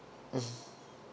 mmhmm